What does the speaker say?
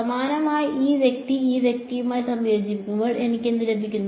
സമാനമായി ഈ വ്യക്തി ഈ വ്യക്തിയുമായി സംയോജിപ്പിക്കുമ്പോൾ എനിക്ക് എന്ത് ലഭിക്കും